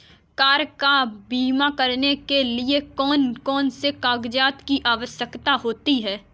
Car का बीमा करने के लिए कौन कौन से कागजात की आवश्यकता होती है?